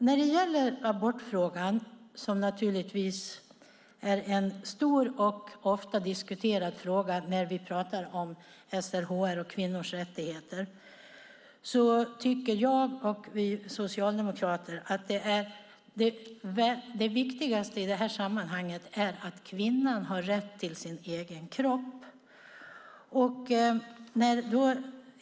När det gäller abortfrågan, som är en stor och ofta diskuterad fråga när vi pratar om SRHR och kvinnors rättigheter, tycker jag och vi socialdemokrater att det viktigaste i sammanhanget är att kvinnan har rätt till sin egen kropp.